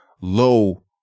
low